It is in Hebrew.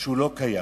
שהוא לא קיים.